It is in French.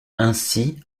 ainsi